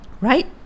Right